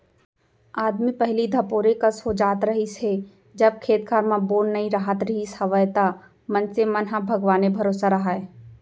आदमी पहिली धपोरे कस हो जात रहिस हे जब खेत खार म बोर नइ राहत रिहिस हवय त मनसे मन ह भगवाने भरोसा राहय